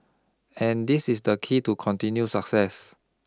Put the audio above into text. and this is the key to continued success